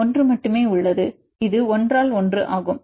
1 மட்டுமே உள்ளது இது 1 ஆல் 1 ஆகும்